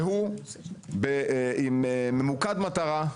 והוא ממוקד מטרה,